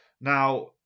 Now